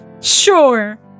Sure